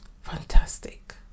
Fantastic